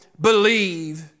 believe